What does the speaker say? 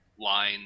line